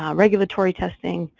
um regulatory testing,